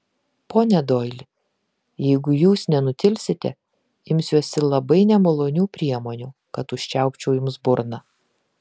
pone doili jeigu jūs nenutilsite imsiuosi labai nemalonių priemonių kad užčiaupčiau jums burną